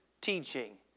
teaching